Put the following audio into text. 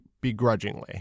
begrudgingly